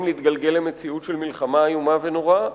להתגלגל למציאות של מלחמה איומה ונוראה.